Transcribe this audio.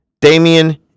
Damian